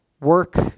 work